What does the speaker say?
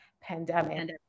pandemic